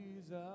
Jesus